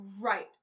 right